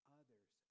others